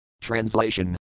Translation